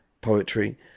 Poetry